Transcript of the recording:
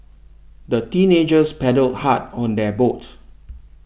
the teenagers paddled hard on their boat